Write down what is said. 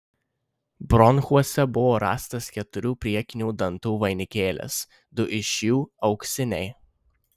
bronchuose buvo rastas keturių priekinių dantų vainikėlis du iš jų auksiniai